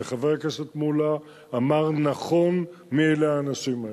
וחבר הכנסת מולה אמר נכון מי אלה האנשים האלה.